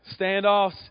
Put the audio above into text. standoffs